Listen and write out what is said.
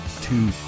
two